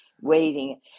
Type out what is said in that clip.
waiting